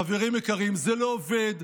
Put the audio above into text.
חברים יקרים, זה לא עובד.